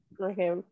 okay